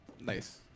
Nice